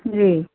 जी